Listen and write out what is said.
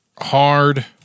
hard